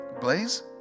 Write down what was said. Blaze